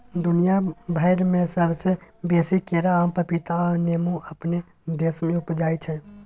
दुनिया भइर में सबसे बेसी केरा, आम, पपीता आ नेमो अपने देश में उपजै छै